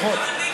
פחות,